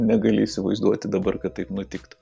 negali įsivaizduoti dabar kad taip nutiktų